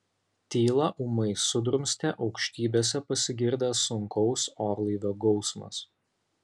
tylą ūmai sudrumstė aukštybėse pasigirdęs sunkaus orlaivio gausmas